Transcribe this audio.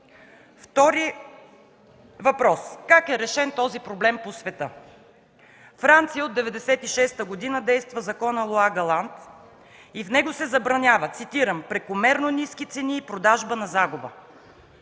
Втори въпрос: как е решен този въпрос по света? Във Франция от 1996 г. действа Законът Лаг а лайн и в него се забранява – цитирам: „Прекомерно ниски цени и продажба на загуба”.